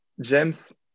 James